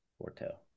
Porto